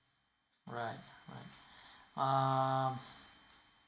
right right um